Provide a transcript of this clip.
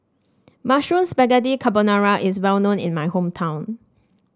Mushroom Spaghetti Carbonara is well known in my hometown